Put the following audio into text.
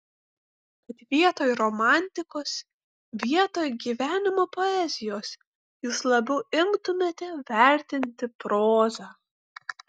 kad vietoj romantikos vietoj gyvenimo poezijos jūs labiau imtumėte vertinti prozą